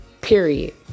period